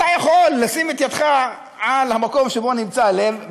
אתה יכול לשים את ידך על המקום שבו נמצא הלב,